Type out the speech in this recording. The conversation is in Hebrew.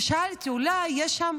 כי שאלתי: אולי יש שם